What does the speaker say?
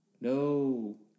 no